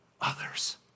others